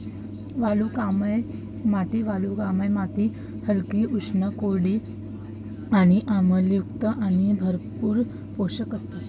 वालुकामय माती वालुकामय माती हलकी, उष्ण, कोरडी आणि आम्लयुक्त आणि भरपूर पोषक असतात